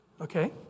Okay